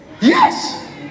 Yes